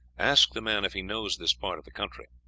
ask the man if he knows this part of the country.